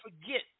forget